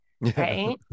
Right